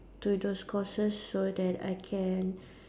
do those courses so that I can